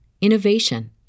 innovation